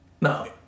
no